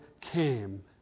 came